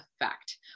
effect